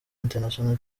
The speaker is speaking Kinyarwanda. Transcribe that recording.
international